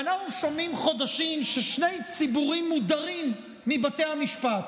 ואנחנו שומעים חודשים ששני ציבורים מודרים מבתי המשפט.